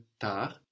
tard